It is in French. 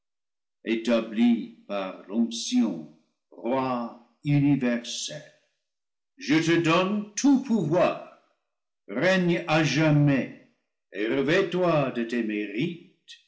établis par l'onction roi universel je te donne tout pouvoir règne à jamais et revêts loi de tes mérites